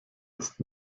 ist